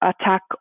attack